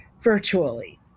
virtually